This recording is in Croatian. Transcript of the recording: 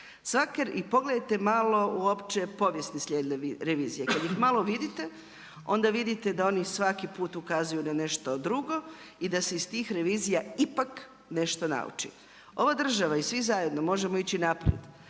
način. Pogledajte malo uopće povijest … revizije, kada ih malo vidite onda vidite da oni svaki put ukazuju na nešto drugo i da se iz tih revizija ipak nešto nauči. Ova država i svi zajedno možemo ići naprijed